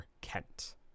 kent